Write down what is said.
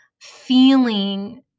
feeling